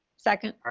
second.